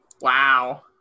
Wow